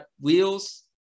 wheels